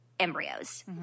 Embryos